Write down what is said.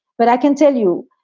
but i can tell you,